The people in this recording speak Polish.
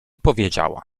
powiedziała